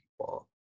people